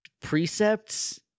Precepts